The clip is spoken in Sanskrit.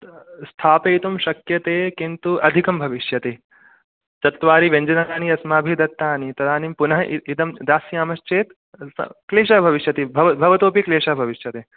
स्थापयितुं शक्यते किन्तु अधिकं भविष्यति चत्वारि व्यञ्जनानि अस्माभिः दत्तानि तदानीम् इदं पुनः दास्यामश्चेत् क्लेशः भविष्यति भवतोऽपि क्लेशः भविष्यते